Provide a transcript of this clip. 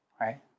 Right